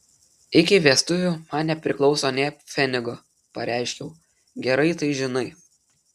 iki vestuvių man nepriklauso nė pfenigo pareiškiau gerai tai žinai